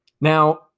now